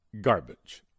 garbage